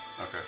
Okay